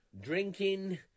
drinking